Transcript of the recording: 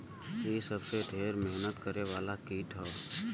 इ सबसे ढेर मेहनत करे वाला कीट हौ